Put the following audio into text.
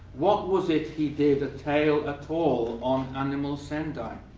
what was it he did a tail at all on animal sendai?